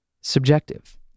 subjective